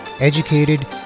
educated